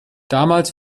damals